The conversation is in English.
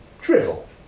drivel